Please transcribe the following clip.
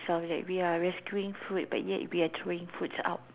selves that we are rescuing food but yet we are throwing foods out